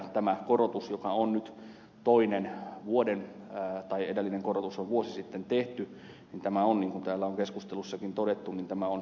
tämä korotus joka on nyt toinen edellinen korotus on vuosi sitten tehty on niin kuin täällä on keskustelussakin todettu oikean suuntainen